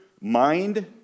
mind